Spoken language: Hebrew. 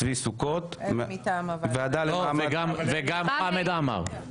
צבי סוכות --- וגם חמד עמאר.